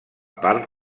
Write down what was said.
part